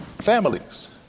families